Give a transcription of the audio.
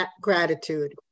gratitude